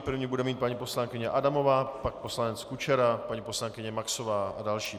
První bude mít paní poslankyně Adamová, pak pan poslanec Kučera, paní poslankyně Maxová a další.